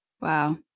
wow